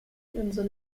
insel